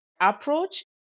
approach